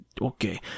Okay